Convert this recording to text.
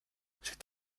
c’est